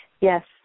Yes